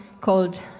called